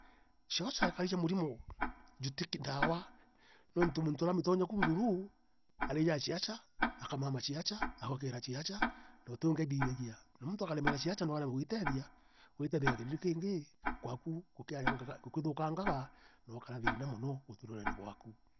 joo jagwataithia murimo juti ki ndaawa, nuntu muntu uramitonya ku bururu, arijaa ciaca, akamama ciaca, agookira ciaca, na uti uungi athithagia. Na muntu akaremera ciaca no aremwe gwitethia gwitania na kirindi kiingi kwaku kukiajanga, gukithukangaga na ukarea thiina mono uturone bwaku.